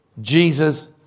Jesus